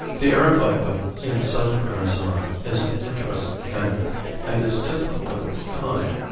the aravaipa in southern arizona is an interesting canon and is typical of its kind.